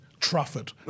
Trafford